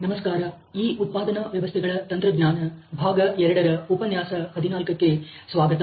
ನಮಸ್ಕಾರ ಈ ಉತ್ಪಾದನಾ ವ್ಯವಸ್ಥೆಗಳ ತಂತ್ರಜ್ಞಾನ ಭಾಗ ಎರಡರ ಉಪನ್ಯಾಸ ಹದಿನಾಲ್ಕಕ್ಕೆ ಸ್ವಾಗತ